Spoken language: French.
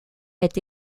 est